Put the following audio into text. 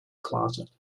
closet